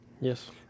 Yes